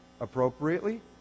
appropriately